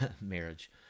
marriage